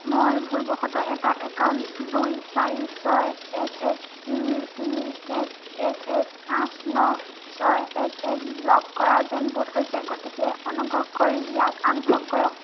মই ভুলবশতঃ এটা একাউণ্ট দুই চাৰি ছয় এক এক তিনি তিনি এক এক এক আঠ ন ছয় এক এক ব্লক কৰা যেন বোধ হৈছে গতিকে অনুগ্ৰহ কৰি ইয়াক আনব্লক কৰক